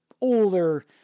older